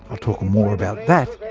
i'll talk more about that,